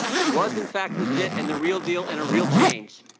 he was in fact legit. and the real deal and a real change.